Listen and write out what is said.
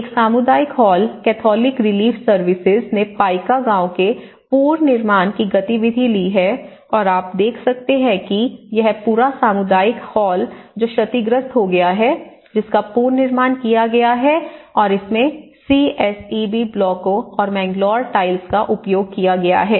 एक सामुदायिक hall Catholic Relief Services ने पाइका गाँव के पुनर्निर्माण की गतिविधि ली है और आप देख सकते हैं कि यह पूरा सामुदायिक हॉल जो क्षतिग्रस्त हो गया है जिसका पुनर्निर्माण किया गया है और इसमें सीएसईबी ब्लॉकों और मैंगलोर टाइल्स का उपयोग किया गया है